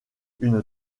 une